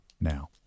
now